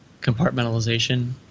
compartmentalization